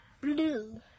blue